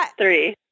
three